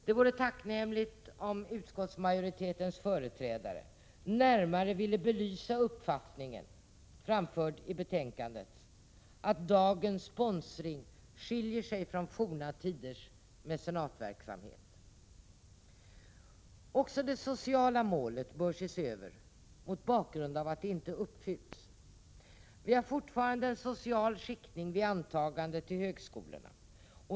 Det vore tacknämligt om utskottsmajoritetens företrädare närmare ville belysa den uppfattning som framförs i betänkandet, nämligen att dagens sponsring skiljer sig från forna tiders mecenatverksamhet. Också det sociala målet bör ses över, mot bakgrund av att det inte har uppfyllts. Vi har fortfarande en social skiktning vid antagandet till högskolorna.